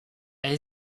elle